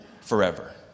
forever